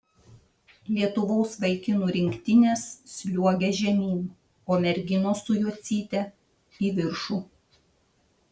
lietuvos vaikinų rinktinės sliuogia žemyn o merginos su jocyte į viršų